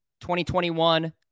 2021